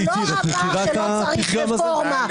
הוא לא אמר שלא צריך רפורמה.